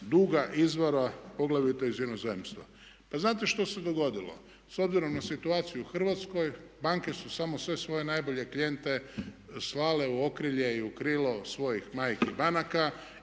duga izvora poglavito iz inozemstva. Pa znate što se dogodilo? S obzirom na situaciju u Hrvatskoj banke su samo sve svoje najbolje klijente slale u okrilje i u krilo svojih majki banaka